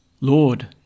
Lord